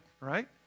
right